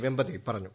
വെമ്പതി പറഞ്ഞു